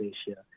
Asia